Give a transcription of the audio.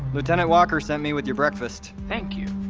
lieutenant walker sent me with your breakfast thank you.